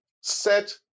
set